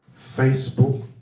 Facebook